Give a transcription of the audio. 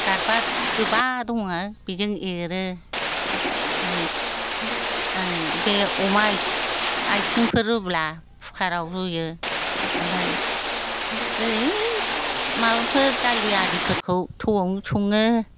गारबा गोबा दङो बेजों एरो फाय आं बे अमा आथिंफोर रुब्ला कुकाराव रुयो ओमफाय ओइ माबाफोर दालि आरिफोरखौ थौआवनो सङो